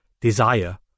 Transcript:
desire